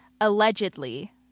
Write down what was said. allegedly